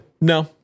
No